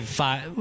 five